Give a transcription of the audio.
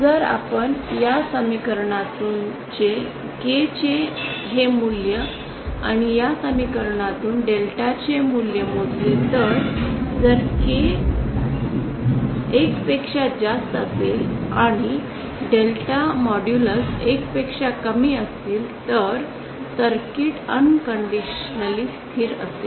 जर आपण या समीकरणातून के चे हे मूल्य आणि या समीकरणातून डेल्टाचे मूल्य मोजले तर जर के १ पेक्षा जास्त असेल आणि डेल्टाचे मोड्युल्स १ पेक्षा कमी असतील तर सर्किट बिनशर्त स्थिर असेल